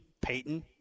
Peyton